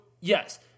yes